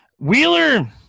Wheeler